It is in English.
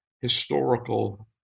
historical